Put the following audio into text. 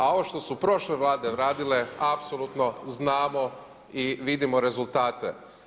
A ovo što su prošle vlade radile apsolutno znamo i vidimo rezultate.